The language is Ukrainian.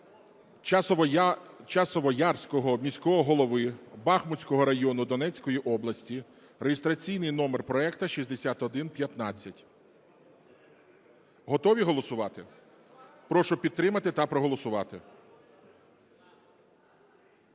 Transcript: Часовоярського міського голови Бахмутського району Донецької області (реєстраційний номер проекту 6115). Готові голосувати? Прошу підтримати та проголосувати.